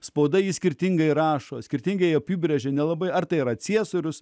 spauda jį skirtingai rašo skirtingai apibrėžė nelabai ar tai yra ciesorius